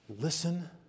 listen